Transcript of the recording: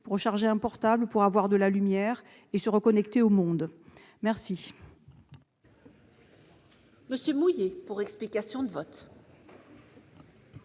pour recharger un portable, avoir de la lumière et se connecter au monde. La